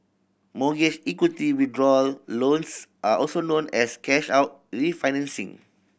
mortgage equity withdrawal loans are also known as cash out refinancing